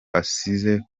asize